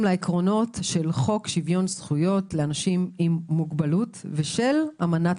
לעקרונות של חוק שוויון זכויות לאנשים עם מוגבלות ושל אמנת